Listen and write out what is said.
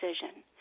decision